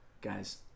Guys